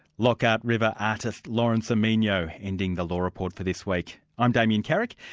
lockhart river artist lawrence omeenyo ending the law report for this week. i'm damien carrick,